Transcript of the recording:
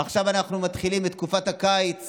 עכשיו אנחנו מתחילים את תקופת הקיץ